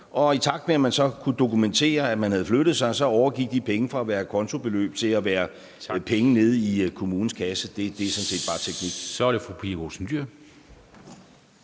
Og i takt med, at man så kunne dokumentere, at man havde flyttet sig, så overgik de penge fra at være a conto-beløb til at være penge nede kommunens kasse. Det er sådan set bare teknik.